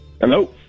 Hello